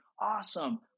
Awesome